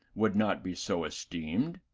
would not be so esteemed,